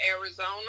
Arizona